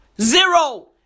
Zero